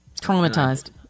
Traumatized